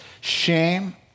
shame